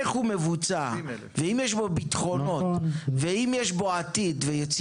השאלה היא איך הוא מבוצע ואם יש בו בטחונות ועתיד ויציבות.